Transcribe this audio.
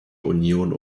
union